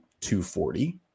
240